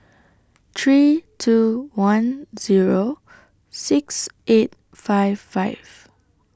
three two one Zero six eight five five